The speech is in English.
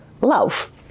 love